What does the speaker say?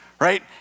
Right